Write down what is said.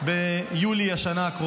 ביולי השנה.